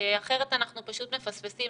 כי אחרת אנחנו פשוט מפספסים,